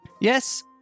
Yes